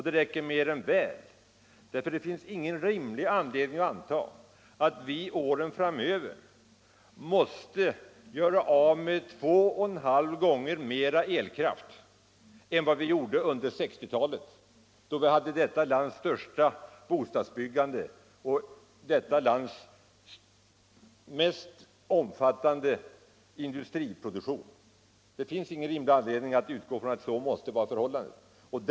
Det räcker mer än väl, ty det finns ingen rimlig anledning anta att vi under åren framöver måste göra av med två och en halv gånger mera elkraft än vad vi gjorde under 1960-talet, då vi hade det största bostadsbyggandet och den mest omfattande industriproduktionen i vårt lands historia.